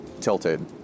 tilted